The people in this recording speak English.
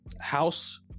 house